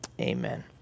Amen